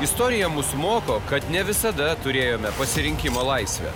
istorija mus moko kad ne visada turėjome pasirinkimo laisvę